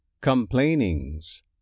Complainings